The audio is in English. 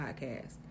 Podcast